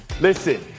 Listen